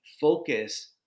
focus